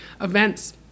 events